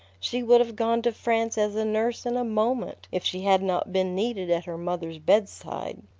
she would have gone to france as a nurse in a moment if she had not been needed at her mother's bedside.